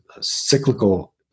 cyclical